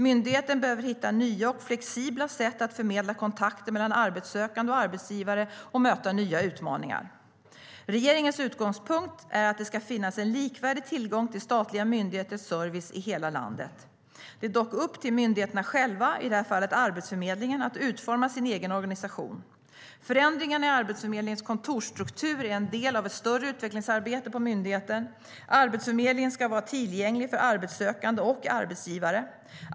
Myndigheten behöver hitta nya och flexibla sätt att förmedla kontakter mellan arbetssökande och arbetsgivare och möta nya utmaningar. Regeringens utgångspunkt är att det ska finnas en likvärdig tillgång till statliga myndigheters service i hela landet. Det är dock upp till myndigheterna själva, i det här fallet Arbetsförmedlingen, att utforma sin egen organisation. Förändringarna i Arbetsförmedlingens kontorsstruktur är en del av ett större utvecklingsarbete på myndigheten. Arbetsförmedlingen ska vara tillgänglig för arbetssökande och arbetsgivare.